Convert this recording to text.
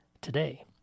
today